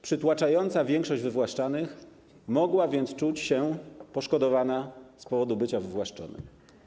Przytłaczająca większość wywłaszczanych mogła więc czuć się poszkodowana z powodu bycia wywłaszczonym.